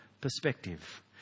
perspective